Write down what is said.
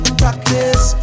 practice